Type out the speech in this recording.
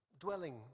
dwelling